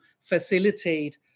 facilitate